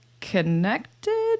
connected